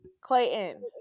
Clayton